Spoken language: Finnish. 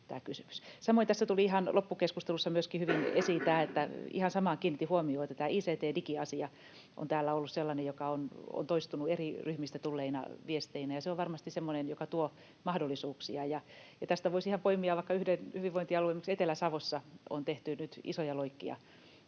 Samoin tässä tuli ihan loppukeskustelussa hyvin esiin myöskin tämä, ja ihan samaan kiinnitin huomiota, että tämä ict-, digiasia on täällä ollut sellainen, joka on toistunut eri ryhmistä tulleina viesteinä, ja se on varmasti semmoinen, joka tuo mahdollisuuksia. Tästä voisi ihan poimia vaikka yhden hyvinvointialueen: Esimerkiksi Etelä-Savossa on tehty nyt isoja loikkia